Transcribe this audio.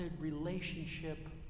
relationship